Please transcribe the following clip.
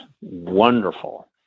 wonderful